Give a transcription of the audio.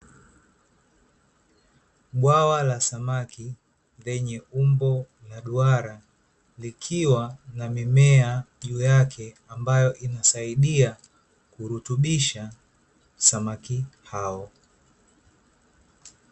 Bwawa la samaki lenye umbo la dura likiwa na mimea juu yake, ambayo inasaidia kurutubisha samaki hao.